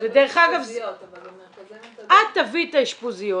זה באשפוזיות אבל במרכזים -- את תביאי את האשפוזיות